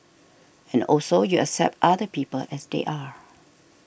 and also you accept other people as they are